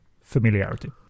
familiarity